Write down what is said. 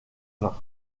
vin